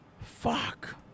Fuck